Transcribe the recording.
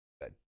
good